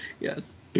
Yes